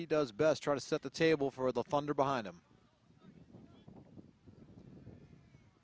he does best try to set the table for the thunder behind him